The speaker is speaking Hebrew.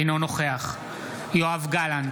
אינו נוכח יואב גלנט,